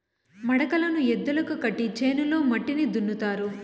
మడకలను ఎద్దులకు కట్టి చేనులో మట్టిని దున్నుతారు